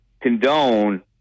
condone